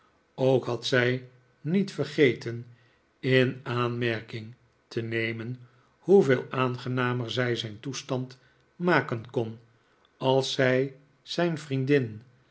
ook had zij niet vergeten in aanmerking te nemen hoeveel aangenamer zij zijn toestand maken kon als zij zijn vriendin